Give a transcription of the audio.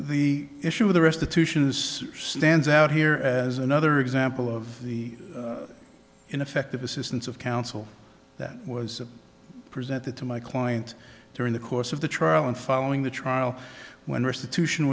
the issue of the restitution is stands out here as another example of the ineffective assistance of counsel that was presented to my client during the course of the trial and following the trial when restitution